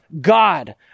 God